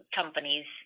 companies